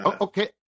Okay